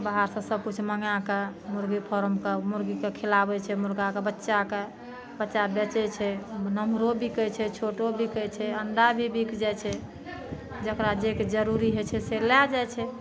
बाहर सऽ सबकिछु मङ्गा कए मुर्गी फारम तब मुर्गीके खिलाबै छियै मुर्गाके बच्चाके बच्चा बेचै छै नमहरो भी बिकै छै छोटो बिकै छै अण्डा भी बिक जाइ छै जेकरा जे के जरूरी होइ छै से लए जाइ छै